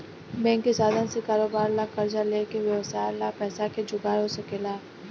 bank के साधन से कारोबार ला कर्जा लेके व्यवसाय ला पैसा के जुगार हो सकेला